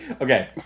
Okay